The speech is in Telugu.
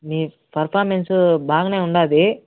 మీ పర్ఫార్మెన్సు బాగనే ఉండాది